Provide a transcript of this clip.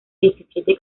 diecisiete